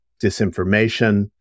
disinformation